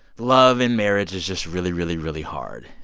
love and marriage is just really, really, really hard.